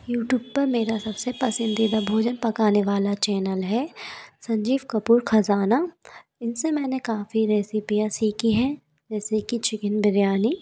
YouTube पर मेरा सबसे पसंदीदा भोजन पकाने वाला चैनल है संजीव कपूर खज़ाना इनसे मैंने काफ़ी रेसीपियाँ सीखी हैं जैसे कि चिकेन बिरयानी